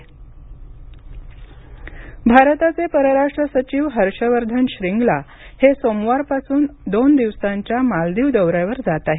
श्रींगला भारताचे परराष्ट्र सचिव हर्षवर्धन श्रींगला हे सोमवारपासून दोन दिवसांच्या मालदीव दौऱ्यावर जात आहेत